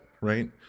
right